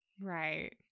Right